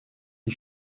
die